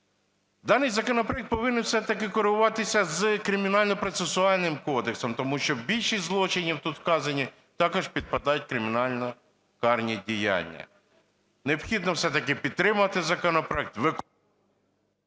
Даний законопроект повинен все-таки корелюватися з Кримінальним процесуальним кодексом, тому що більшість злочинів, тут вказані, також підпадають кримінально-карні діяння. Необхідно все-таки підтримати законопроект...